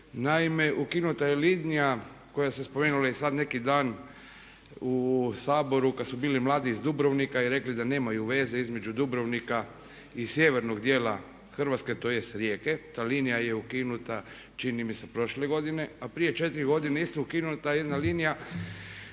Naime, ukinuta je linija koja se spomenula i sad neki dan u Saboru kad su bili mladi iz Dubrovnika i rekli da nemaju veze između Dubrovnika i sjevernog dijela Hrvatske, tj. Rijeke. Ta linija je ukinuta čini mi se prošle godine, a prije 4 godine isto je ukinuta jedna linija